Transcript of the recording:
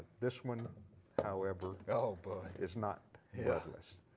this one however ah but is not yeah bloodless.